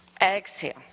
exhale